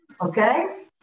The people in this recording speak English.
Okay